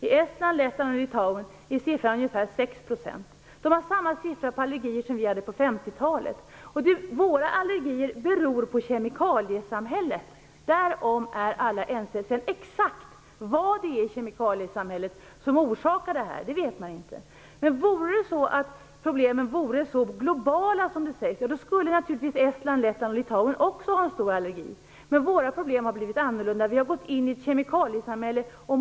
I Estland, Lettland och Litauen är siffran ungefär 6 %. Där har de samma siffror för allergier som vi hade på 50-talet. Våra allergier beror på kemikaliesamhället - därom är alla ense, men exakt vad det är i kemikaliesamhället som orsakar dem vet man inte. Men vore problemen så globala som det sägs skulle naturligtvis Estland, Lettland och Litauen också ha en stor andel allergier. Våra problem har blivit annorlunda, därför att vi har gått in i ett kemikaliesamhälle.